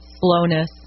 slowness